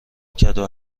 کدو